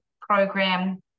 program